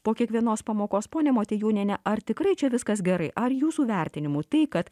po kiekvienos pamokos ponia motiejūniene ar tikrai čia viskas gerai ar jūsų vertinimu tai kad